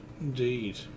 Indeed